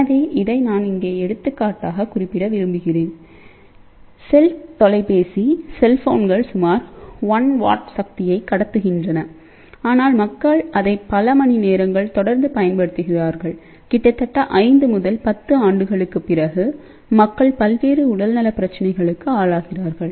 எனவே இதை நான் இங்கேஎடுத்துக்காட்டாக குறிப்பிட விரும்புகிறேன் செல் தொலைபேசி செல்போன்கள் சுமார் 1 வாட் சக்தியை கடத்துகின்றன ஆனால் மக்கள் அதை பல மணிநேரங்கள் தொடர்ந்து பயன்படுத்துகிறார்கள் கிட்டத்தட்ட 5 முதல் 10 ஆண்டுகளுக்குப் பிறகு மக்கள் பல்வேறு உடல்நலப் பிரச்சினைகளுக்கு ஆளாகின்றனர்